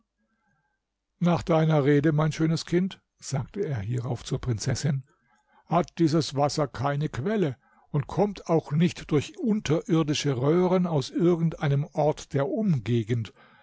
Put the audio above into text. nach deiner rede mein schönes kind sagte er hierauf zur prinzessin hat dieses wasser keine quelle und kommt auch nicht durch unterirdische röhren aus irgend einem ort der umgegend